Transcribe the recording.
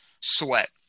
sweat